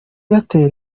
airtel